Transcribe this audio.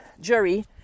jury